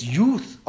youth